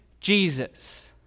Jesus